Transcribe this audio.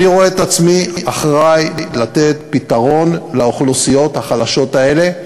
אני רואה את עצמי אחראי למתן פתרון לאוכלוסיות החלשות האלה,